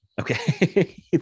okay